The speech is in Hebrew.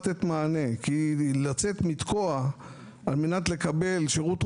לתת מענה כי לצאת לתקוע על-מנת לקבל שירות תרופתי,